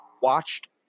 watched